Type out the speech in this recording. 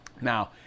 Now